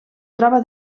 troba